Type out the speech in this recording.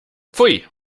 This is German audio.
pfui